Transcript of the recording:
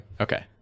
Okay